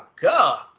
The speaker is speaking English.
God